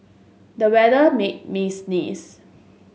the weather made me sneeze